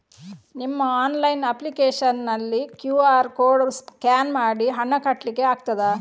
ನಿಮ್ಮ online application ನಲ್ಲಿ QR code scan ಮಾಡಿ ಹಣ ಕಟ್ಲಿಕೆ ಆಗ್ತದ?